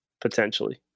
potentially